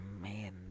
man